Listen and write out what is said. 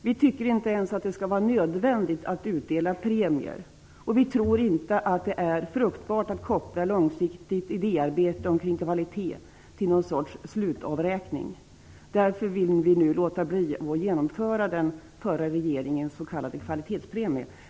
Vi tycker inte ens att det skall vara nödvändigt att utdela premier och tror inte att det är fruktbart att koppla kortsiktigt idéarbete om kvalitet till någon sorts slutavräkning. Därför vill vi nu låta bli att genomföra den förra regeringens s.k. kvalitetspremie.